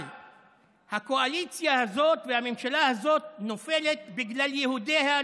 אבל הקואליציה הזאת והממשלה הזאת נופלות בגלל יהודיה,